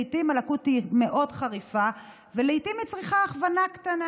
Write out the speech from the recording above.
לעיתים הלקות חריפה מאוד ולעיתים היא צריכה הכוונה קטנה,